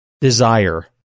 desire